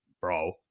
bro